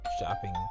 shopping